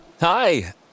Hi